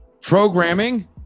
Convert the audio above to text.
programming